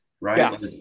right